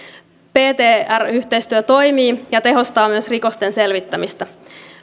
ptr yhteistyö toimii ja tehostaa myös rikosten selvittämistä